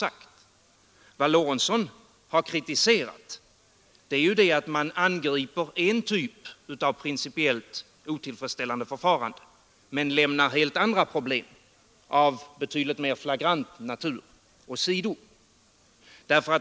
Vad herr Lorentzon har kritiserat är ju att man angriper en typ av principiellt otillfredsställande förfarande men lämnar helt andra problem av betydligt mer flagrant natur åsido.